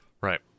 Right